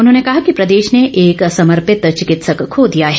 उन्होंने कहा कि प्रदेश ने एक समर्पित चिकित्स खो दिया है